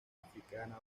africana